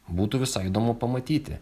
būtų visai įdomu pamatyti